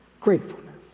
gratefulness